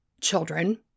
children